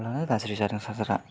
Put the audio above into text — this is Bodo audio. गाज्रि जादों चार्जारा